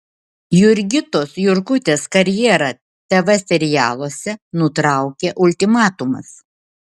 jurgitos jurkutės karjerą tv serialuose nutraukė ultimatumas